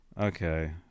Okay